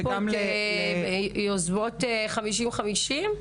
יש פה מיוזמות 50:50?